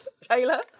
Taylor